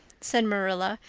said marilla,